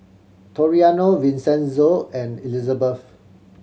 Toriano Vincenzo and Elizebeth